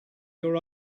your